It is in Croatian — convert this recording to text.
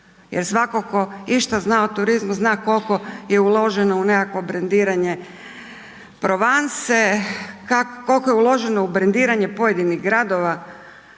Jer svatko tko išta zna o turizmu zna koliko je uloženo u nekakvo brendiranje provanse, koliko je uložene u brendiranje pojedinih gradova,